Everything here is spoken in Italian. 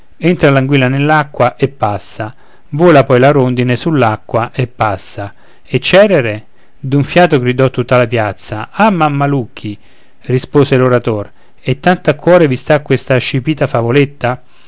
entra l'anguilla nell'acqua e passa vola poi la rondine sull'acqua e passa e cerere d'un fiato gridò tutta la piazza ah mammalucchi rispose l'orator e tanto a cuore vi sta questa scipita favoletta